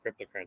cryptocurrency